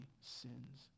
sins